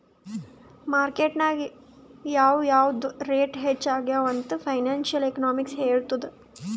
market ನಾಗ್ ಯಾವ್ ಯಾವ್ದು ರೇಟ್ ಹೆಚ್ಚ ಆಗ್ಯವ ಅಂತ್ ಫೈನಾನ್ಸಿಯಲ್ ಎಕನಾಮಿಕ್ಸ್ ಹೆಳ್ತುದ್